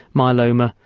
myeloma,